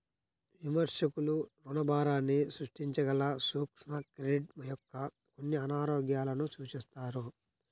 విమర్శకులు రుణభారాన్ని సృష్టించగల సూక్ష్మ క్రెడిట్ యొక్క కొన్ని అనారోగ్యాలను సూచిస్తారు